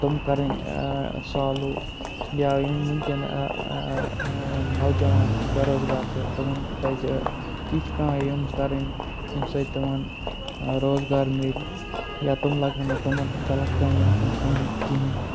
تِم کَرٕنۍ سالٕو یا یِم وٕنکیٚن نَوجَوان بےروزگار چھِ تِمَن پَزِ تِتھۍ کانٛہہ یِم کَرٕنۍ ییٚمہِ سۭتۍ تِمَن روزگار مِلہِ یا تِم لَگہٕ ہَن نہٕ تِمَن غلط کامٮ۪ن کُن کٕہٕنۍ کِہیٖنۍ